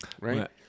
right